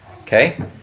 Okay